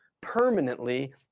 permanently